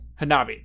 Hanabi